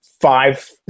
Five